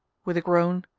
with a groan,